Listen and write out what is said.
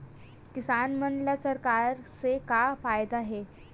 किसान मन ला सरकार से का फ़ायदा हे?